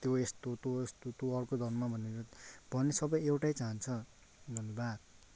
तँ यस्तो तँ यस्तो तँ अर्को धर्म भनेर भगवान्ले सबै एउटै चाहन्छ धन्यवाद